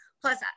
Plus